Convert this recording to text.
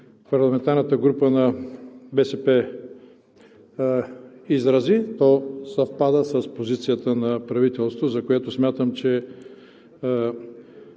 парламентарната група на „БСП за България“ изрази, то съвпада с позицията на правителството, за което смятам, че